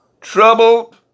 Troubled